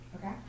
Okay